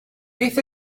beth